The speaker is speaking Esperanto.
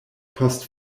post